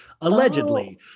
allegedly